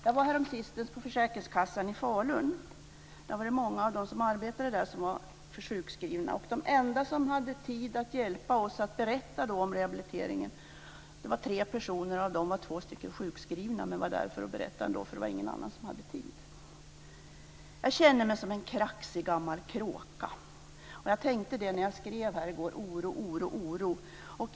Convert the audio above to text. Jag var häromsistens på Försäkringskassan i Falun, och där var många av de anställda sjukskrivna. De enda som hade tid att berätta för oss om rehabiliteringen var tre personer, och av dem var två sjukskrivna. De var där ändå för att berätta för oss då ingen annan hade tid. Jag känner mig som en kraxig gammal kråka. Jag tänkte när jag skrev i går: oro, oro, oro.